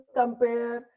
compare